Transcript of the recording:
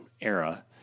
era